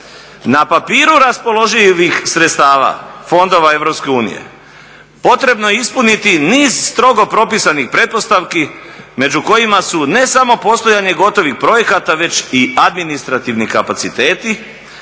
na papiru raspoloživih sredstava fondova EU potrebno je ispuniti niz strogo propisanih pretpostavki među kojima su ne samo postojanje gotovih projekata već i administrativni kapaciteti